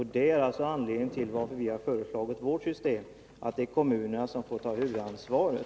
Det är anledningen till att vi har föreslagit vårt system — att kommunerna skall ta huvudansvaret.